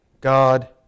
God